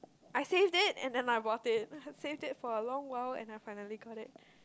I saved it and then I bought it saved it for a long while and then I finally got it